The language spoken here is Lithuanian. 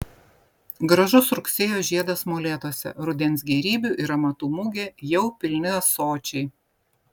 gražus rugsėjo žiedas molėtuose rudens gėrybių ir amatų mugė jau pilni ąsočiai